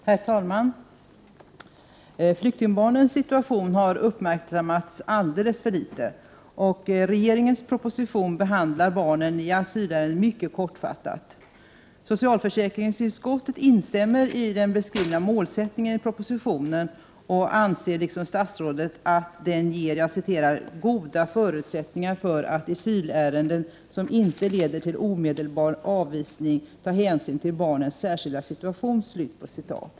Herr talman! Flyktingbarnens situation har uppmärksammats alldeles för litet. I regeringens proposition behandlas frågan om barn i asylärenden mycket kortfattat. Socialförsäkringsutskottet instämmer i den i propositionen beskrivna målsättningen och anser liksom statsrådet att den ger ”goda förutsättningar för att i asylärenden som inte leder till omedelbar avvisning ta hänsyn till barnens särskilda situation”.